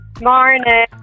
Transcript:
Morning